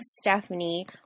stephanie